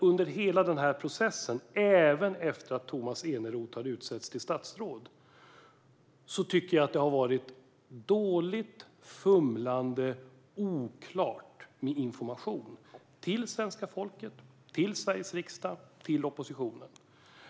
Under hela denna process, även efter att Tomas Eneroth hade utsetts till statsråd, tycker jag att det har varit ett fumlande, och det har varit dåligt och oklart med information till svenska folket, till Sveriges riksdag och till oppositionen.